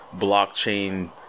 blockchain